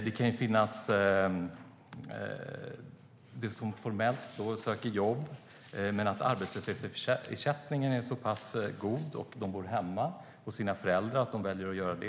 Det kan finnas de som formellt söker jobb men som har så pass bra arbetslöshetsersättning och kan bo kvar hemma hos sina föräldrar att de väljer att göra det.